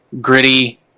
gritty